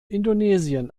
indonesien